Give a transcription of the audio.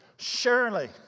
Surely